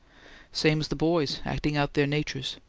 same as the boys, acting out their natures.